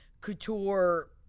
couture